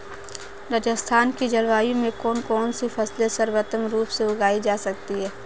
राजस्थान की जलवायु में कौन कौनसी फसलें सर्वोत्तम रूप से उगाई जा सकती हैं?